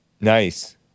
nice